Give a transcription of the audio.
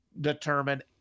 determine